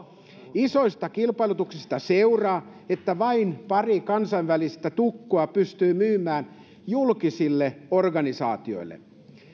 isoista kilpailutuksista seuraa että vain pari kansainvälistä tukkua pystyy myymään julkisille organisaatioille